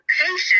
patient